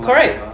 correct